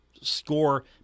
Score